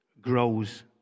grows